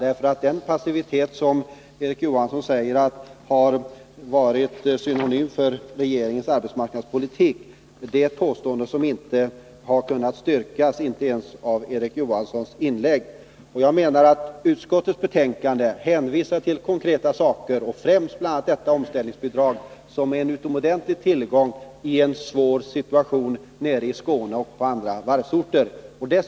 Erik Johanssons påstående att passivitet har varit utmärkande för regeringens arbetsmarknadspolitik har inte kunnat styrkas genom Erik Johanssons inlägg. I utskottets betänkande hänvisas till konkreta 53 saker och främst till omställningsbidraget, som är en utomordentlig tillgång i en svår situation nere i Skåne och på varvsorter i andra delar av landet.